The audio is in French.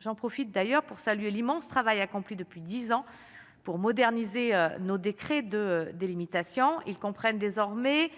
j'en profite d'ailleurs pour saluer l'immense travail accompli depuis 10 ans pour moderniser nos décrets de délimitation ils comprennent désormais